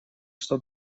что